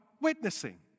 witnessing